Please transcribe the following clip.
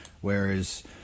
whereas